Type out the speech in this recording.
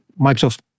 Microsoft